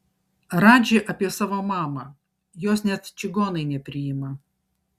radži apie savo mamą jos net čigonai nepriima